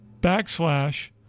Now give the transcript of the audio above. backslash